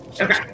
Okay